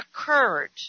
occurred